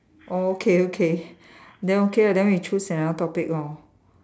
okay okay then okay ah then we choose another topic lor